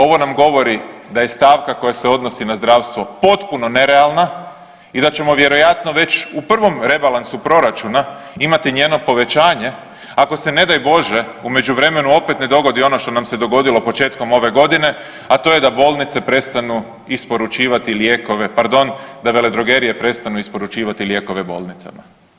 Ovo nam govori da je stavka koja se odnosi na zdravstvo potpuno nerealna i da ćemo vjerojatno već u prvom rebalansu proračuna imati njeno povećanje ako se ne daj Bože u međuvremenu opet ne dogodi ono što nam se dogodilo početkom ove godine, a to je da bolnice prestanu isporučivati lijekove, pardon da veledrogerije prestanu isporučivati lijekove bolnicama.